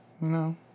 No